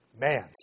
Man